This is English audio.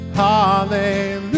hallelujah